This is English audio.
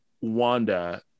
wanda